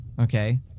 okay